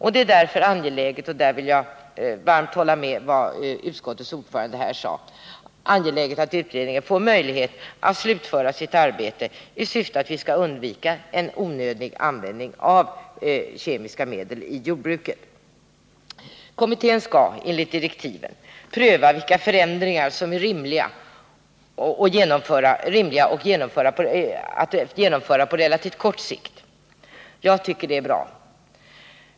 Därför är det angeläget — och där instämmer jag varmt i vad Nr 33 utskottets ordförande sade — att utredningen får möjlighet att slutföra sitt arbete i syfte att det skall bli möjligt att undvika onödig användning av kemiska medel i jordbruket. Kommittén skall enligt direktiven pröva vilka förändringar som är rimliga att genomföra på relativt kort sikt. Det tycker jag är bra.